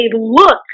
look